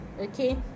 okay